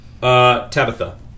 Tabitha